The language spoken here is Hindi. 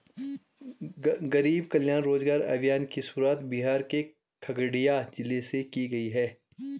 गरीब कल्याण रोजगार अभियान की शुरुआत बिहार के खगड़िया जिले से की गयी है